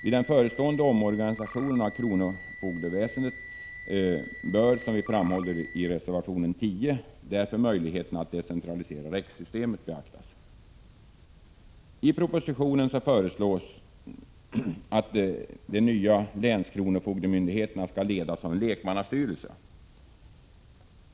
Vid den förestående omorganisationen av kronofogdeväsendet bör därför, som vi framhåller i reservation 10, möjligheterna att decentralisera REX-systemet beaktas. I propositionen föreslås att de nya länskronofogdemyndigheterna skall ledas av en lekmannastyrelse.